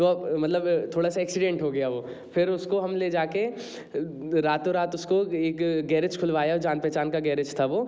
तो मतलब थोड़ा सा एक्सीडेंट हो गया वह फिर उसको हम ले जा कर रातों रात उसको एक गैरेज खुलवाया जान पहचान का गैरेज था वह